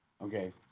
Okay